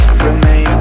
remain